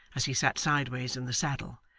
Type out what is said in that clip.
as he sat sideways in the saddle,